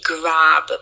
grab